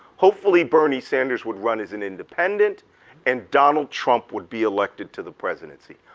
hopefully bernie sanders would run as an independent and donald trump would be elected to the presidency.